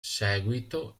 seguito